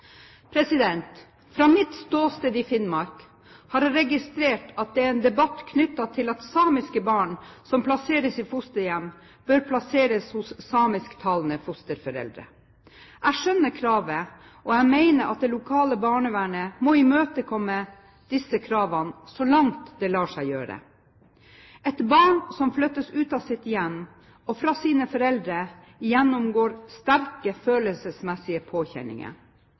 Fra mitt ståsted i Finnmark har jeg registrert at det er en debatt knyttet til at samiske barn som plasseres i fosterhjem, bør plasseres hos samisktalende fosterforeldre. Jeg skjønner kravet, og jeg mener at det lokale barnevernet må imøtekomme disse kravene så langt det lar seg gjøre. Et barn som flyttes ut av sitt hjem og fra sine foreldre, gjennomgår sterke følelsesmessige påkjenninger.